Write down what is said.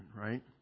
right